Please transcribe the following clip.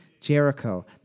Jericho